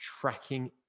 tracking